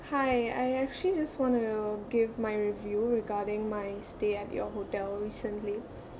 hi I actually just want to give my review regarding my stay at your hotel recently